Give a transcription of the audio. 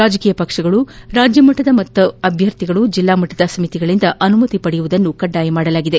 ರಾಜಕೀಯ ಪಕ್ಷಗಳು ರಾಜ್ಯಮಟ್ಟದ ಹಾಗೂ ಅಭ್ಯರ್ಥಿಗಳು ಜಿಲ್ಲಾ ಮಟ್ಟದ ಸಮಿತಿಗಳಂದ ಅನುಮತಿ ಪಡೆಯುವುದನ್ನು ಕಡ್ಡಾಯಗೊಳಸಲಾಗಿದೆ